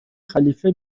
خلیفه